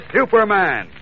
Superman